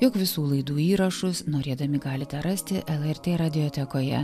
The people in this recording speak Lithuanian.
jog visų laidų įrašus norėdami galite rasti lrt radiotekoje